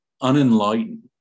unenlightened